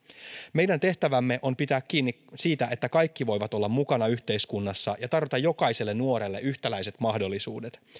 meidän tehtävämme on pitää kiinni siitä että kaikki voivat olla mukana yhteiskunnassa ja tarjota jokaiselle nuorelle yhtäläiset mahdollisuudet